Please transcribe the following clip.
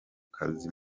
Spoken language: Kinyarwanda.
kazi